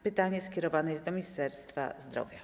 Pytanie skierowane jest do ministra zdrowia.